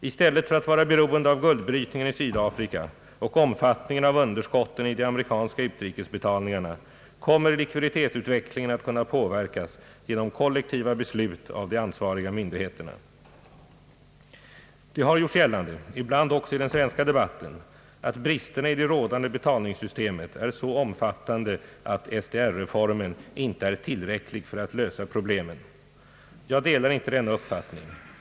I stället för att vara beroende av guldbrytningen i Sydafrika och omfattningen av underskotten i de amerikanska utrikesbetalning arna kommer likviditetsutvecklingen att kunna påverkas genom kollektiva beslut av de ansvariga myndigheterna. Det har gjorts gällande, ibland också 1 den svenska debatten, att bristerna i det rådande betalningssystemet är så omfattande att SDR-reformen inte är tillräcklig för att lösa problemen. Jag delar inte denna uppfattning.